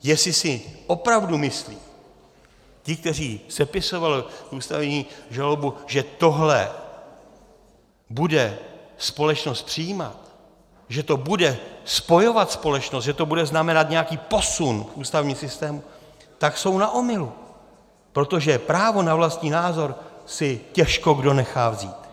Jestli si opravdu myslí ti, kteří sepisovali tu ústavní žalobu, že tohle bude společnost přijímat, že to bude spojovat společnost, že to bude znamenat nějaký posun v ústavním systému, tak jsou na omylu, protože právo na vlastní názor si těžko kdo nechá vzít.